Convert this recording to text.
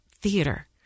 theater